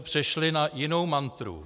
Přešli na jinou mantru.